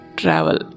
travel